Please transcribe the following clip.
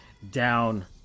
down